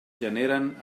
generen